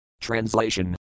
Translation